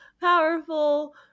powerful